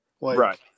Right